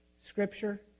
scripture